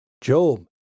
Job